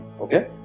Okay